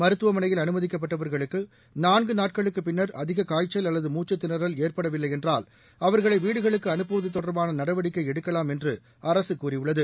மருத்துவமனையில் அனுமதிக்கப்பட்டவர்களுக்கு நான்கு நாட்களுக்கு பின்னர் அதிக காய்ச்சல் அல்லது மூச்சுத்திணறல் ஏற்படவில்லை என்றால் அவர்களை வீடுகளுக்கு அனுப்புவது தொடர்பான நடவடிக்கை எடுக்கலாம் என்று அரசு கூறியுள்ளது